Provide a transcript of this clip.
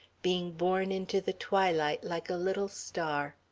being born into the twilight like a little star.